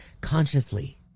consciously